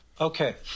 okay